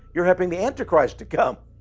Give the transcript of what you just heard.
you're helping the antichrist to come!